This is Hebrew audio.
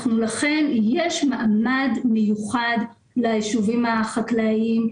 לכן יש מעמד מיוחד ליישובים החקלאיים,